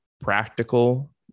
practical